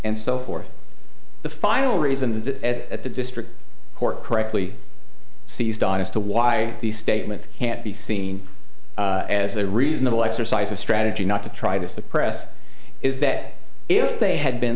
and so forth the final reason that the district court correctly seized on as to why these statements can't be seen as a reasonable exercise of strategy not to try to suppress is that if they had been